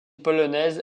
polonaise